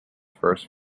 first